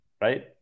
right